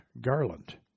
Garland